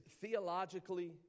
theologically